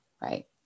right